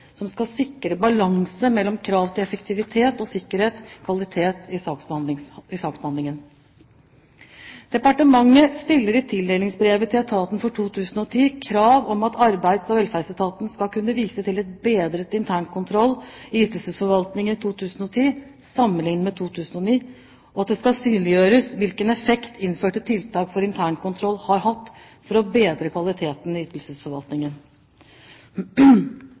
som skal sikre balanse mellom krav til effektivitet og sikkerhet/kvalitet i saksbehandlingen. Departementet stiller i tildelingsbrevet til etaten for 2010 krav om at Arbeids- og velferdsetaten skal kunne vise til en bedret internkontroll i ytelsesforvaltningen i 2010 sammenliknet med 2009, og at det skal synliggjøres hvilken effekt innførte tiltak for internkontroll har hatt for å bedre kvaliteten i ytelsesforvaltningen.